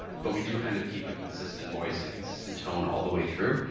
but we do kind of keep a consistent voice, a consistent tone all the way through,